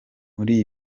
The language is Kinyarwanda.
muri